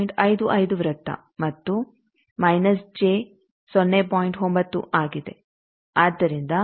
55 ವೃತ್ತ ಮತ್ತು minus J 0